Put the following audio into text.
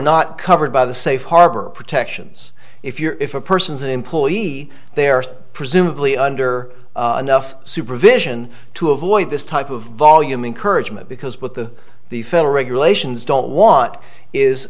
not covered by the safe harbor protections if you're if a person's employee they are presumably under enough supervision to avoid this type of volume encourage move because with the the federal regulations don't want is